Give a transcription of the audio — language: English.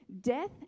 Death